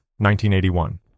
1981